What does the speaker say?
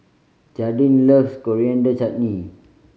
Jadyn loves Coriander Chutney